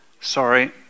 Sorry